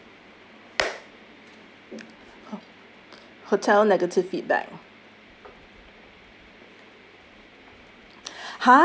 ho~ hotel negative feedback